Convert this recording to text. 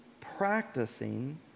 practicing